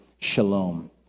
shalom